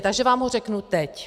Takže vám ho řeknu teď.